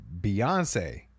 Beyonce